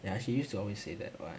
ya she used to always say that [what]